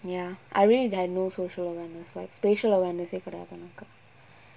ya I really had no social awareness like spatial awareness கிடையாது உனக்கு:kidaiyathu unakku